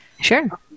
sure